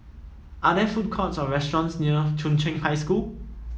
are there food courts or restaurants near Chung Cheng High School